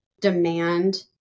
demand